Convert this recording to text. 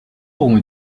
ont